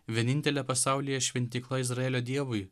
vienintelė pasaulyje šventykla izraelio dievui